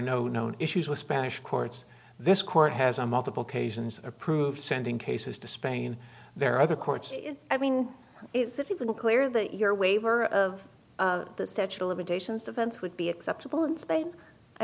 known issues with spanish courts this court has a multiple occasions approved sending cases to spain there are other courts i mean it's even clear that your waiver of the statute of limitations defense would be acceptable in spain i